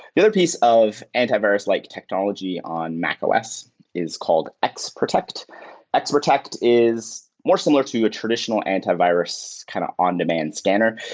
the other piece of antivirus-like technology on mac os is called xprotect. like xprotect is more similar to a traditional antivirus kind of on-demand standard.